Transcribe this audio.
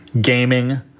gaming